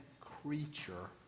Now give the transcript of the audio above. creature